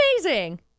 amazing